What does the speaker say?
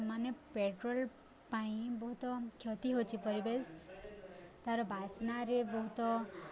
ମାନେ ପେଟ୍ରୋଲ୍ ପାଇଁ ବହୁତ କ୍ଷତି ହେଉଛିି ପରିବେଶ ତା'ର ବାସ୍ନାରେ ବହୁତ